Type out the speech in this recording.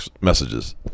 messages